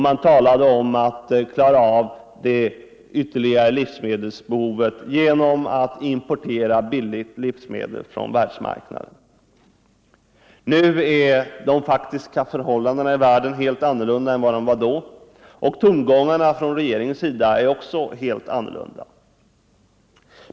Man talade också om att klara av det ytterligare livsmedelsbehovet genom att importera billiga livsmedel från världsmarknaden. Nu är de faktiska förhållandena i världen helt annorlunda än vad de var då, och tongångarna från regeringens sida är också helt annorlunda.